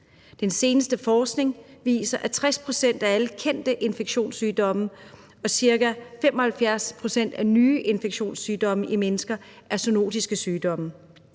Den seneste forskning viser, at 60 pct. af alle kendte infektionssygdomme og ca. 75 pct. af nye infektionssygdomme i mennesker er zoonotiske sygdomme.